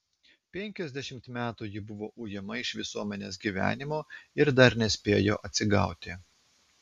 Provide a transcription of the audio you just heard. penkiasdešimt metų ji buvo ujama iš visuomenės gyvenimo ir dar nespėjo atsigauti